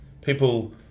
People